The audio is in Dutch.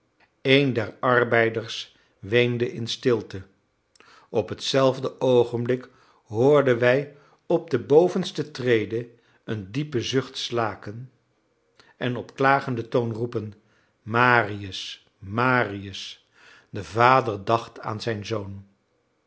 een der arbeiders weende in stilte op hetzelfde oogenblik hoorden wij op de bovenste trede een diepen zucht slaken en op klagenden toon roepen marius marius de vader dacht aan zijn zoon